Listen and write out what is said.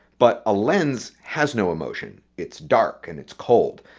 but a lens has no emotion. it's dark and it's cold.